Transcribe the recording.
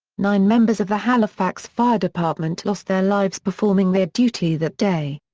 nine members of the halifax fire department lost their lives performing their duty that day.